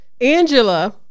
Angela